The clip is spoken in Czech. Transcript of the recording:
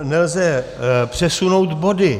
Nelze přesunout body.